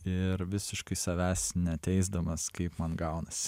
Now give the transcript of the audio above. ir visiškai savęs neteisdamas kaip man gaunasi